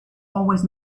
always